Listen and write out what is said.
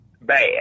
bad